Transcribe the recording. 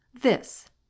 This